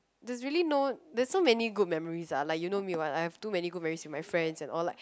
there's really no there's so many good memories lah like you know me [one] I have too many good memories with my friends and all like